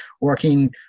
working